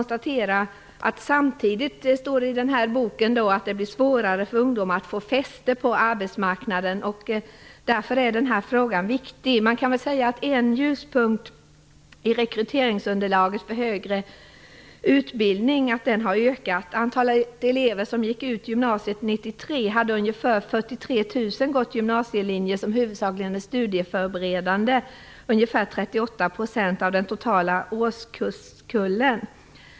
Samtidigt står det i den här boken att det blir svårare för ungdomar att få fäste på arbetsmarknaden. Därför är denna fråga viktig. En ljuspunkt är väl ändå att rekryteringsunderlaget för högre utbildning har ökat. Av de elever som gick ut gymnasiet 1993 hade ungefär 43 000 gått en huvudsakligen studieförberedande gymnasielinje - ungefär 38 % av den totala årskullen.